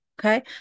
Okay